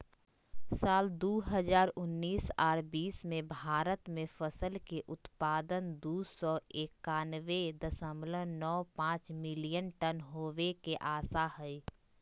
साल दू हजार उन्नीस आर बीस मे भारत मे फसल के उत्पादन दू सौ एकयानबे दशमलव नौ पांच मिलियन टन होवे के आशा हय